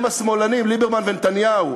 הם השמאלנים, ליברמן ונתניהו.